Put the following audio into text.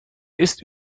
ist